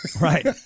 Right